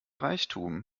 reichtum